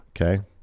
okay